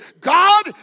God